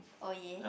oh ya